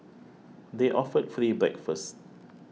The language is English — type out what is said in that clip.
they offered free breakfast